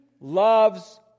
loves